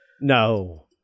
No